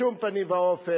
בשום פנים ואופן,